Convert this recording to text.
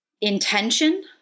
intention